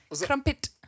Crumpet